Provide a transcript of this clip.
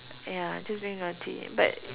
ya just being naughty but